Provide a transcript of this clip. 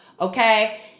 okay